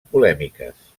polèmiques